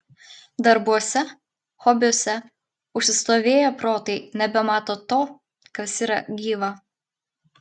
darbuose hobiuose užsistovėję protai nebemato to kas yra gyva